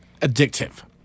addictive